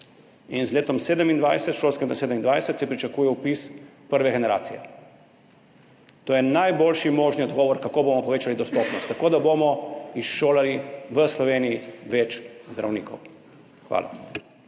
fakulteto in s šolskim letom 2027 se pričakuje vpis prve generacije. To je najboljši možni odgovor, kako bomo povečali dostopnost – tako, da bomo izšolali v Sloveniji več zdravnikov. Hvala.